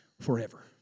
forever